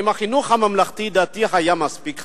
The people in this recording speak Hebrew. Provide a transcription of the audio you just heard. אם החינוך הממלכתי-דתי היה מספיק חזק.